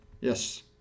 Yes